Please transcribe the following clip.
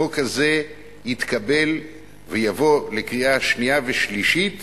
החוק הזה יתקבל ויבוא לקריאה שנייה ושלישית